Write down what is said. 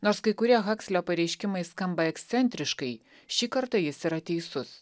nors kai kurie hakslio pareiškimai skamba ekscentriškai šį kartą jis yra teisus